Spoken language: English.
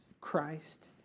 Christ